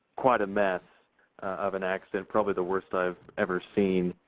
quite a mess of an accident probably the worst i've ever seen,